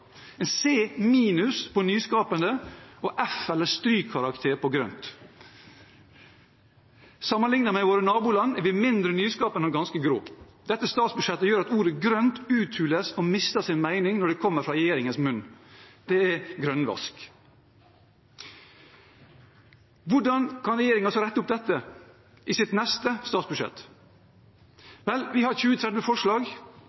en C minus på «nyskapende» og en F – eller strykkarakter – på «grønt». Sammenlignet med våre naboland er vi mindre nyskapende og ganske grå. Dette statsbudsjettet gjør at ordet «grønt» uthules og mister sin mening når det kommer fra regjeringens munn – det er grønnvask. Hvordan kan regjeringen så rette opp dette i sitt neste statsbudsjett? Vel, vi har 20–30 forslag